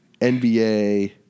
NBA